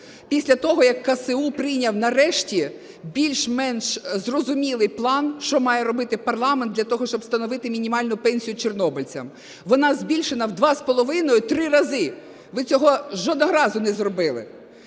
після того, як КСУ прийняв нарешті більш-менш зрозумілий план, що має робити парламент для того, щоб встановити мінімальну пенсію чорнобильцям. Вона збільшена в два з половиною, в три рази, ви цього жодного разу не зробили.